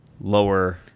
lower